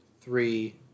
three